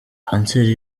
kanseri